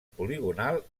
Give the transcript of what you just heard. poligonal